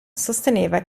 sosteneva